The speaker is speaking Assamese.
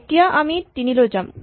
এতিয়া আমি ৩ লৈ যাম